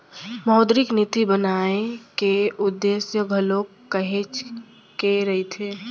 मौद्रिक नीति बनाए के उद्देश्य घलोक काहेच के रहिथे